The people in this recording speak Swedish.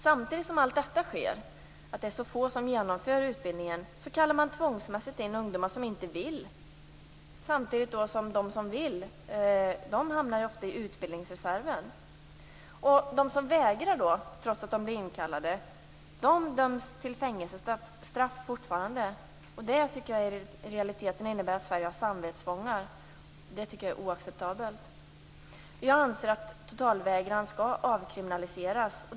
Samtidigt som allt detta sker och samtidigt som det är så få som genomför utbildningen kallar man tvångsmässigt in ungdomar som inte vill göra värnplikt. De som vill hamnar ofta i utbildningsreserven. De som vägrar trots att de blir inkallade döms fortfarande till fängelsestraff. Det innebär i realiteten att Sverige har samvetsfångar. Det tycker jag är oacceptabelt. Jag anser att totalvägran skall avkriminaliseras.